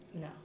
No